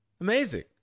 amazing